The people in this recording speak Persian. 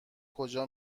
کجا